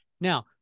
Now